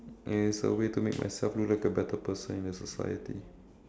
and it's a way to make myself look like a better person in the society